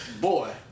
Boy